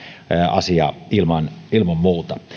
asia ilman ilman muuta